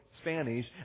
Spanish